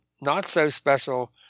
not-so-special